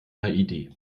haiti